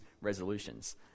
resolutions